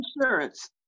insurance